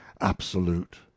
absolute